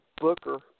booker